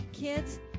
Kids